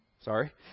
Sorry